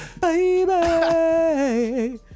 Baby